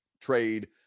trade